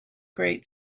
great